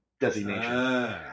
Designation